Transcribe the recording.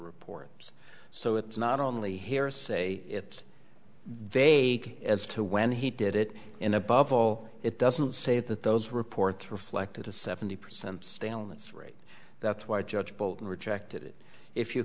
report so it's not only hearsay it's they as to when he did it in a bubble it doesn't say that those reports reflected a seventy percent staleness rate that's why a judge bolton rejected it if you